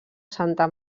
santa